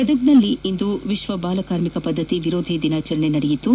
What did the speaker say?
ಗದಗದಲ್ಲೂ ಇಂದು ವಿಶ್ವ ಬಾಲ ಕಾರ್ಮಿಕ ಪದ್ದತಿ ವಿರೋಧಿ ದಿನಾಚರಣೆ ನಡೆಯಿತು